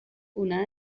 una